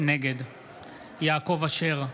נגד יעקב אשר,